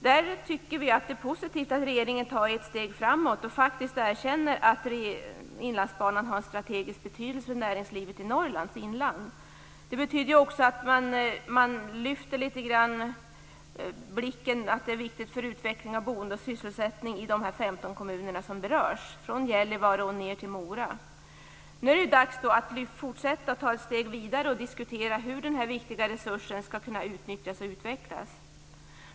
Vi tycker att det är positivt att regeringen tar ett steg framåt och faktiskt erkänner att Inlandsbanan har en strategisk betydelse för näringslivet i Norrlands inland. Det betyder också att man lyfter blicken litet grand och ser att det är viktigt för utveckling av boende och sysselsättning i de 15 kommuner som berörs, från Gällivare och ned till Mora. Nu är det dags att fortsätta, att ta ett steg vidare och diskutera hur den här viktiga resursen skall kunna utnyttjas och utvecklas.